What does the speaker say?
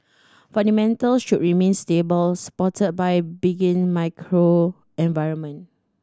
fundamentals should remain stable supported by benign macro environment